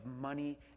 money